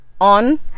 on